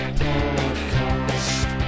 podcast